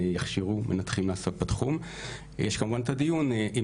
שיכשירו מנתחים לעסוק בתחום ויש כמובן את הדיון אם